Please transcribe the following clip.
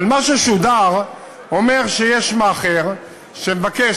אבל מה ששודר אומר שיש מאכער שמבקש,